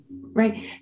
right